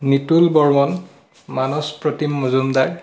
Nitul Barman Manas Pratim Majumdar